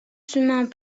semaines